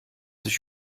ich